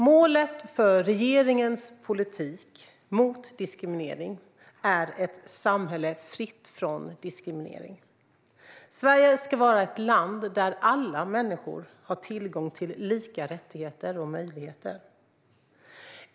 Målet för regeringens politik mot diskriminering är ett samhälle fritt från diskriminering. Sverige ska vara ett land där alla människor har tillgång till lika rättigheter och möjligheter.